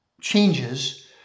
changes